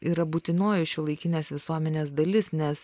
yra būtinoji šiuolaikinės visuomenės dalis nes